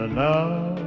now